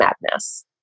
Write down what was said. Madness